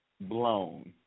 blown